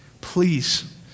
Please